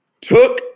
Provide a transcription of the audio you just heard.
took